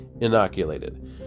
inoculated